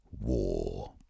war